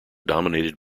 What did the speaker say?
dominated